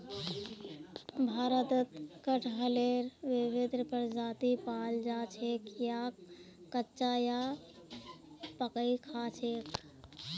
भारतत कटहलेर विभिन्न प्रजाति पाल जा छेक याक कच्चा या पकइ खा छेक